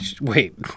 Wait